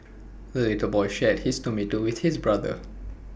the little boy shared his tomato with his brother